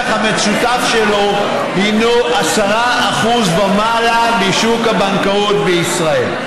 המשותף שלו הינו 10% ומעלה משוק הבנקאות בישראל.